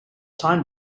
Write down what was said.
time